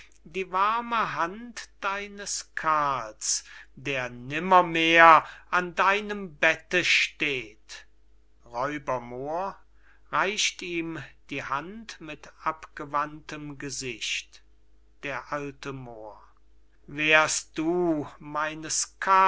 die warme hand deines karls der nimmermehr an deinem bette steht r moor reicht ihm die hand mit abgewandtem gesicht d a moor wär'st du meines